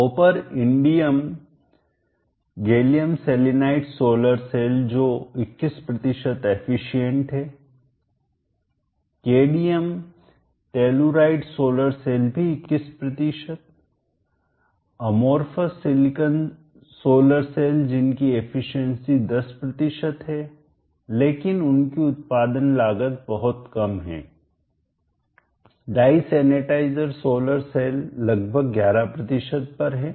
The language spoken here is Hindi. copper indium gallium selenite solar cell जो 21 एफिशिएंट है केडीएम टेल्लुराइट सोलर सेल भी 21अमोर्फौस सिलीकान सोलर सेल जिनकी एफिशिएंसी 10 है लेकिन उनकी उत्पादन लागत बहुत कम है डाई सैनिटाइजर सोलर सेल लगभग 11 पर है